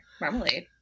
marmalade